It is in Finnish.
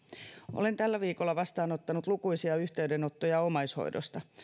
olen tällä viikolla vastaanottanut lukuisia yhteydenottoja omaishoidosta